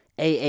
AA